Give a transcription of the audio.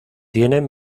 tienen